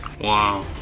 Wow